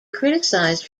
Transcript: criticized